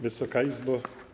Wysoka Izbo!